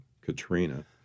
Katrina